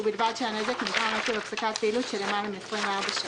ובלבד שהנזק נגרם עקב הפסקת פעילות של למעלה מ-24 שעות,